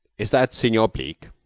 is that senor bleke?